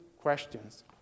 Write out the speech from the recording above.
questions